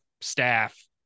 staff